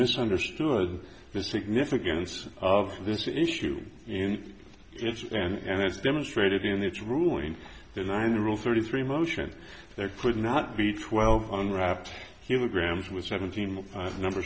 misunderstood the significance of this issue in it and it's demonstrated in its ruling denying the rule thirty three motion there could not be twelve unwrapped human grams with seventeen number